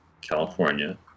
California